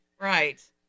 Right